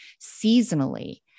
seasonally